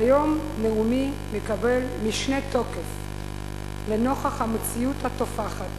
והיום נאומי מקבל משנה תוקף לנוכח המציאות הטופחת